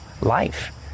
life